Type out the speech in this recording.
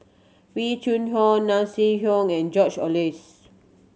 Wee Cho Nai Swee and George Oehlers